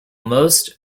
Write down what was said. most